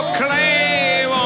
claim